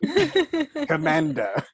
Commander